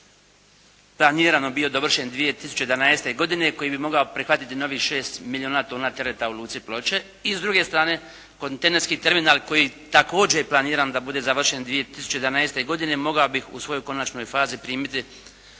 planirano bio dovršen 2011. godine. Koji bi mogao prihvatiti novih 6 milijuna tona tereta u Luci Ploče. I s druge strane kontejnerski terminal koji također je planiran da bude završen 2011. godine mogao bi u svojoj konačnoj fazi primiti